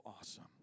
awesome